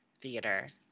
theater